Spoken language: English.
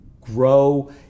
grow